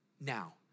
now